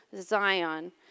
Zion